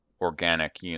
organic